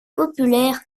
populaire